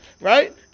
right